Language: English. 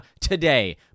today